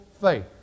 faith